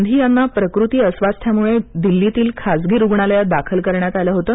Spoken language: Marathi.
गांधी यांना प्रकृती अस्वास्थ्यामुळे दिल्लीतील खाजगी रुग्णालयात दाखल करण्यात आलं होतं